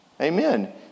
Amen